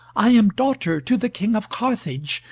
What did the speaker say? i am daughter to the king of carthage,